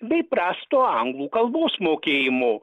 bei prasto anglų kalbos mokėjimo